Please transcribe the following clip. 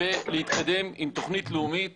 ולהתקדם עם תוכנית לאומית